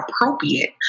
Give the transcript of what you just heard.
appropriate